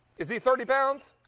is he thirty pounds?